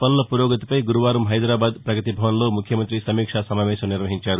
పనుల పురోగతిపై గురువారం హైదరాబాద్ పగతిభవన్లో ముఖ్యమంతి సమీక్షా సమావేశం నిర్వహించారు